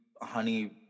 honey